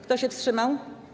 Kto się wstrzymał?